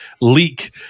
leak